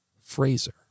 Fraser